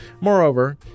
Moreover